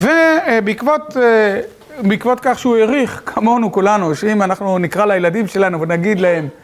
ובעקבות כך שהוא העריך כמונו כולנו שאם אנחנו נקרא לילדים שלנו ונגיד להם